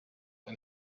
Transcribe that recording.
and